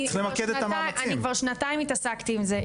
אני כבר שנתיים התעסקתי עם זה,